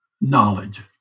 knowledge